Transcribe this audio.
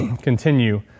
continue